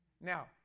Now